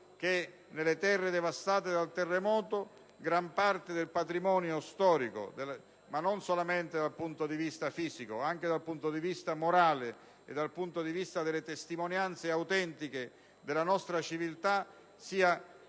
che nelle terre devastate dal terremoto (non solamente dal punto di vista fisico, ma anche dal punto di vista morale e delle testimonianze autentiche della nostra civiltà) gran